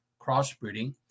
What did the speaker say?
crossbreeding